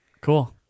Cool